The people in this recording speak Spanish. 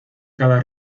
cada